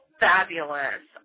fabulous